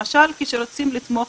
למשל כשרוצים לתמוך